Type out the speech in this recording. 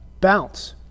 bounce